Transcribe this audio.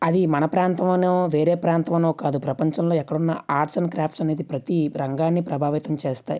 అది మన ప్రాంతం అని వేరే ప్రాంతం అని కాదు ప్రపంచంలో ఎక్కడ ఉన్నా ఆర్ట్స్ అండ్ క్రాఫ్ట్స్ అనేది ప్రతి రంగాన్ని ప్రభావితం చేస్తాయి